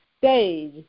stage